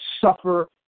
suffer